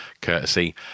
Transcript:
courtesy